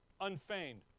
unfeigned